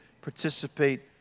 participate